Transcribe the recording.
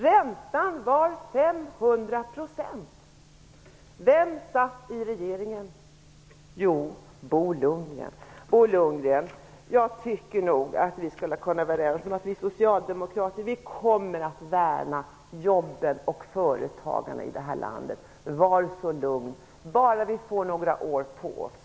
Räntan var Bo Lundgren, jag tycker att vi nog skulle kunna vara överens om att socialdemokraterna kommer att värna jobben och företagarna i det här landet - bara vi får några år på oss. Var lugn för det!